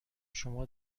شما